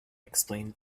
explained